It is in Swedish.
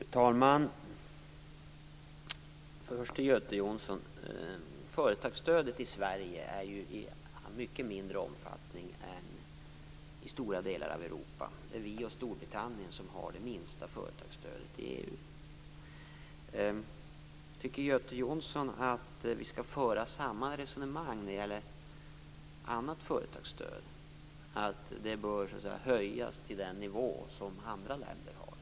Fru talman! Till Göte Jonsson vill jag säga att företagsstödets omfattning är mycket mindre här än i stora delar av Europa. Vi och Storbritannien har det minsta företagsstödet i EU. Tycker Göte Jonsson att vi skall föra samma resonemang när det gäller annat företagsstöd? Tycker han att det bör höjas till samma nivå som i andra länder?